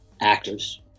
actors